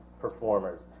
performers